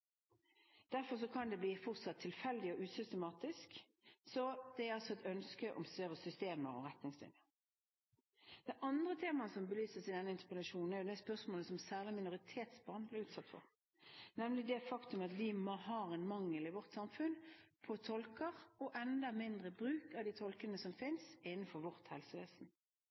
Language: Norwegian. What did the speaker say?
Derfor kan det fortsatt bli tilfeldig og usystematisk. Så det er altså et ønske om større systemer og retningslinjer. Det andre temaet som belyses i denne interpellasjonen, er det som særlig minoritetsbarn blir utsatt for, nemlig det faktum at vi har mangel på tolker i vårt samfunn – og enda mindre bruk av de tolkene som finnes, innenfor vårt helsevesen.